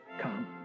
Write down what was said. come